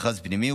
כמכרז פנימי.